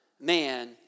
man